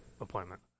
appointment